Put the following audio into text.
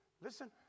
Listen